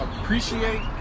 appreciate